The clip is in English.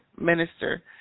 minister